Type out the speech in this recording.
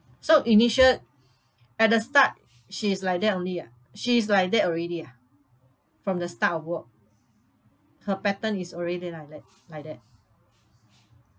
so initial at the start she is like that only ah she's like that already ah from the start of work her pattern is already like that like that